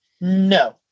no